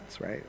right